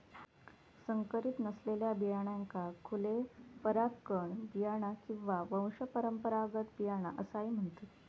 संकरीत नसलेल्या बियाण्यांका खुले परागकण बियाणा किंवा वंशपरंपरागत बियाणा असाही म्हणतत